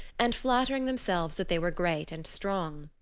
and flattering themselves that they were great and strong.